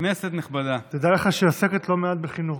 כנסת נכבדה, תדע לך שהיא עוסקת לא מעט גם בחינוך.